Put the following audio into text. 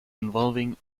involving